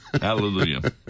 Hallelujah